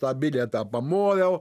tą bilietą pamoviau